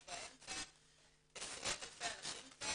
יש באמצע עשרות אלפי אנשים כבר,